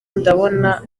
ndabona